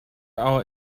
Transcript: our